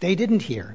they didn't hear